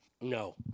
No